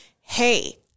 hey